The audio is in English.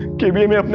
gave me me a